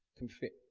can fit.